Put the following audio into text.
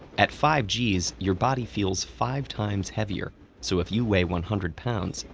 at five g's, your body feels five times heavier so if you weigh one hundred lbs,